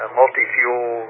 multi-fuel